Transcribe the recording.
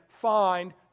find